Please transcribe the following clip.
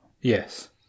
Yes